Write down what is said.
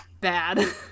bad